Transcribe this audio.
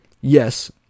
yes